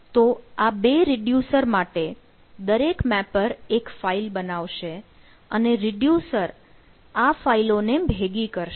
તો આ બે રિડ્યુસર માટે દરેક મેપર એક ફાઈલ બનાવશે અને રિડ્યુસર આ ફાઈલો ને ભેગી કરશે